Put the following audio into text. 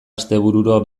astebururo